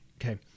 Okay